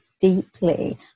deeply